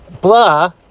Blah